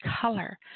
color